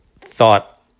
thought